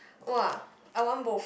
!wah! I want both